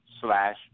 slash